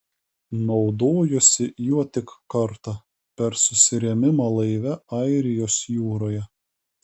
naudojosi juo tik kartą per susirėmimą laive airijos jūroje